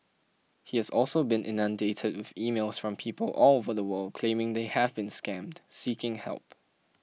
he has also been inundated with emails from people all over the world claiming they have been scammed seeking help